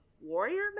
warrior